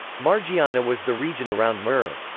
margiana was the region around merv.